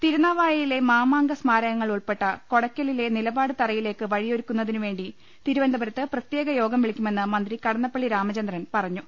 തിരുനാവായയിലെ മാമാങ്ക സ്മാരകങ്ങൾ ഉൾപ്പെട്ട കൊടക്ക ലിലെ നിലപാട് തറയിലേക്ക് വഴിയൊരുക്കുന്നതിനുവേണ്ടി തിരു വനന്തപുരത്ത് പ്രത്യേക യോഗം വിളിക്കുമെന്ന് മന്ത്രി കടന്നപ്പള്ളി രാമചന്ദ്രൻ പറഞ്ഞു